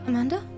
Amanda